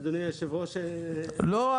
אדוני היושב-ראש -- לא,